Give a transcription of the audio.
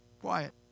Quiet